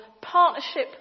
partnership